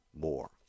more